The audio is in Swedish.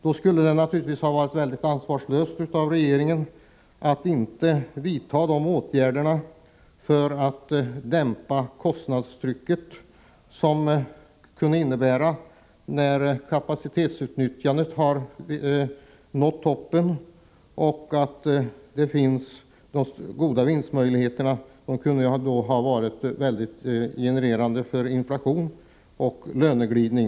Då skulle det naturligtvis ha varit väldigt ansvarslöst av regeringen att inte vidta åtgärder för att dämpa det kostnadstryck som kunde ha uppstått när kapacitetsutnyttjandet nått toppen. De goda vinstmöjligheterna hade i väldigt hög grad genererat inflation och löneglidning.